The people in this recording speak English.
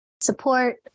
support